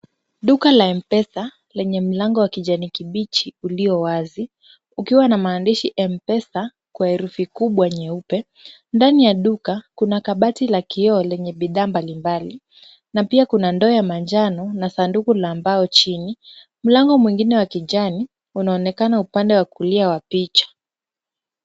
Duka la M-Pesa lenye mlango wa kijani kibichi ulio wazi, ukiwa na maandishi M-Pesa kwa herufi kubwa nyeupe. Ndani ya duka kuna kabati la kioo lenye bidhaa mbalimbali na pia kuna ndoo ya manjano na sanduku la mbao chini. Mlango mwingine wa kijani unaonekana upande wa kulia wa picha.